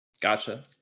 Gotcha